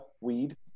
weed